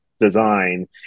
Design